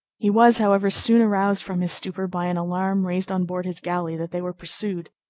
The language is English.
he was, however, soon aroused from his stupor by an alarm raised on board his galley that they were pursued.